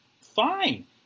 fine